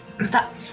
Stop